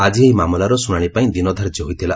ଆଜି ଏହି ମାମଲାର ଶ୍ରଣାଣି ପାଇଁ ଦିନ ଧାର୍ଯ୍ୟ ହୋଇଥିଲା